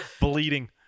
bleeding